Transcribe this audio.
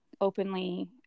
openly